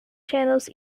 channels